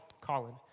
Colin